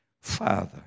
Father